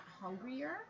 hungrier